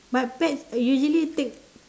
but pets usually take